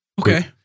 Okay